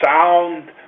sound